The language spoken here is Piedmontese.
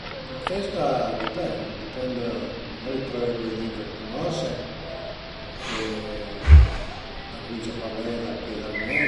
Ma andé ën bici al e nen dificil, se l'as ëmparà da gagnu, duvrìe felu e